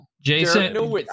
Jason